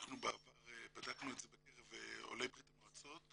אנחנו בעבר בדקנו את זה בקרב עולי ברית המועצות.